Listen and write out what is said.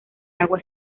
agua